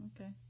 Okay